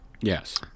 Yes